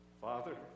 Father